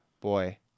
Boy